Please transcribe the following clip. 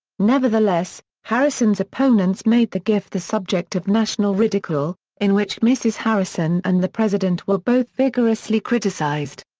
nevertheless, harrison's opponents made the gift the subject of national ridicule, in which mrs. harrison and the president were both vigorously criticized.